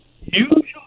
Usually